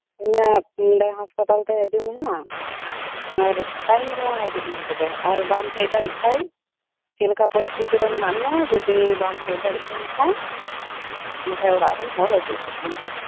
ᱤᱧᱟᱜ ᱱᱚᱰᱮ ᱦᱟᱸᱥᱯᱟᱛᱟᱞ ᱛᱮ ᱦᱤᱡᱩᱜ ᱢᱮ ᱦᱟᱸᱜ ᱟᱨ ᱴᱟᱭᱤᱢ ᱨᱮ ᱦᱟᱸᱜ ᱦᱤᱡᱩᱜ ᱢᱮ ᱦᱟᱜ ᱛᱚᱵᱮ ᱟᱨ ᱵᱟᱢ ᱦᱮᱡ ᱫᱟᱲᱮᱭᱟᱜ ᱠᱷᱟᱡ ᱪᱮᱜ ᱞᱮᱠᱟ ᱯᱚᱨᱤᱥᱛᱷᱤᱛᱤ ᱨᱮ ᱢᱮᱱᱟᱜ ᱢᱮᱭᱟ ᱡᱩᱫᱤ ᱵᱟᱢ ᱦᱮᱡ ᱫᱟᱲᱮᱜ ᱠᱟᱱ ᱠᱷᱟᱡ ᱵᱟᱠᱷᱟᱡ ᱚᱲᱟᱜ ᱨᱮᱱ ᱦᱚᱲ ᱟᱜᱩ ᱪᱚ ᱠᱚᱢ ᱦᱟᱸᱜ